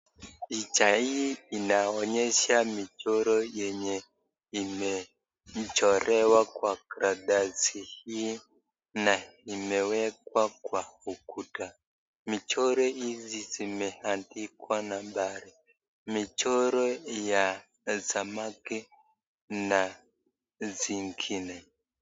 Picha hii inaonyesha michoro yenye imechorewa kwa karatasi hii na imewekwa kwa ukuta, michoro hizi zimeandikwa nambari michoro ya samaki na zingine.